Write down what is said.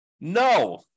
No